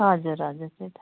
हजुर हजुर त्यही त